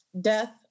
death